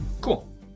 Cool